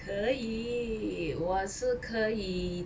可以我是可以